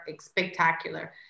spectacular